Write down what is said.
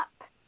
up